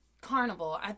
carnival